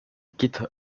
quitte